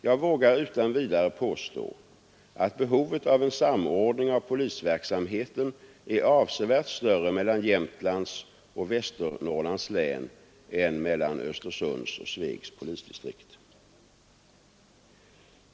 Jag vågar utan vidare påstå, att behovet av en samordning av polisverksamheten är avsevärt större mellan Jämtlands och Västernorrlands län än mellan Östersunds och Svegs polisdistrikt.